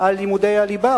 על לימודי הליבה.